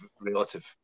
relative